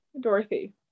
Dorothy